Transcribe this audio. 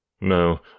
No